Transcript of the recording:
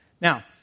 Now